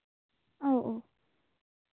ᱳ ᱳ